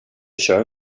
kör